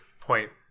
point